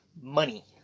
Money